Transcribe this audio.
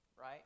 right